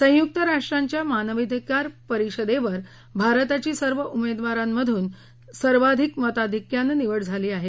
संयुक्त राष्ट्रांच्या मानवाधिकार परिषदेवर भारताची सर्व उमेदवारांमधून सर्वाधिक मताधिक्यानं निवड झाली आहे